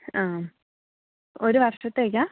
ആ ഒരു വർഷത്തേക്കാണോ